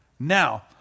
Now